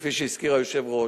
כפי שהזכיר היושב-ראש.